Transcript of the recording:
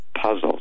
puzzle